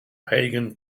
pagan